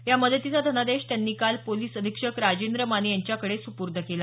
या मदतीचा धनादेश काल त्यांनी पोलीस अधीक्षक राजेंद्र माने यांच्याकडे सुपुर्द केला